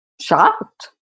shocked